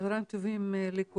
צהריים טובים לכולם.